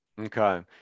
Okay